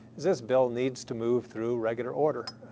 this this bill needs to move through regular order.